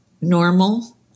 normal